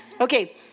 Okay